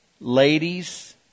Ladies